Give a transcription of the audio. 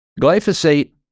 Glyphosate